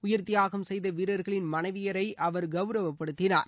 உயிர் தியாகம் செய்த வீரர்களின் மனைவியரை அவர் கவுரவப்படுத்தினார்